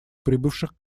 прибывших